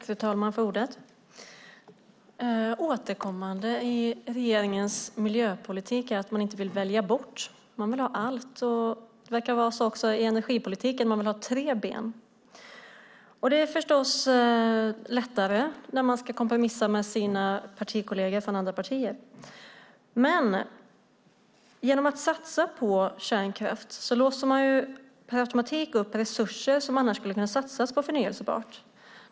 Fru talman! Återkommande i regeringens miljöpolitik är att man inte vill välja bort - man vill ha allt. Så verkar det vara också i energipolitiken - man vill ha tre ben. Det är förstås lättare när man ska kompromissa med sina partikolleger från andra partier. Men genom att satsa på kärnkraft låser man per automatik upp resurser som annars hade kunnat satsa på förnybar energi.